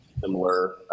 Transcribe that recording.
similar